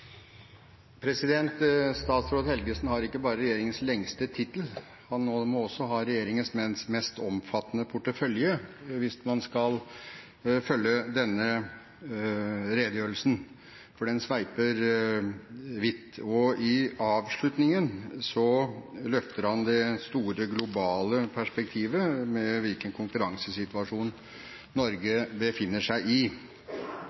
Statsråd Helgesen har ikke bare regjeringens lengste tittel. Han må også ha regjeringens mest omfattende portefølje, hvis man skal følge denne redegjørelsen, for den sveiper vidt. I avslutningen løfter han det store globale perspektivet om hvilken konkurransesituasjon Norge befinner seg i.